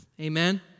Amen